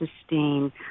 sustain